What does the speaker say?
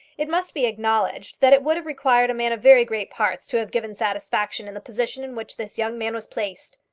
it must be acknowledged that it would have required a man of very great parts to have given satisfaction in the position in which this young man was placed.